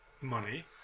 money